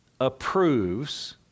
approves